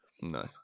No